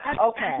Okay